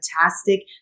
fantastic